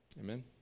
Amen